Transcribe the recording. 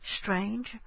strange